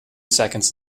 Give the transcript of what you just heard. seconds